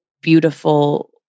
beautiful